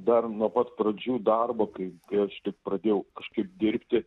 dar nuo pat pradžių darbo kai kai aš tik pradėjau kažkaip dirbti